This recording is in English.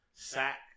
Sack